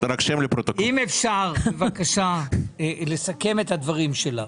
אם אפשר, בבקשה, לסכם את הדברים שלך.